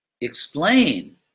explain